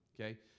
Okay